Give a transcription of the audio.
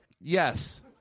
Yes